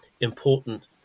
important